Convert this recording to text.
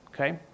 okay